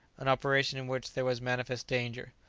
an operation in which there was manifest danger.